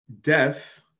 death